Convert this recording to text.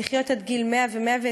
לחיות עד גיל 100 ו-120,